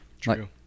True